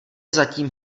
zatím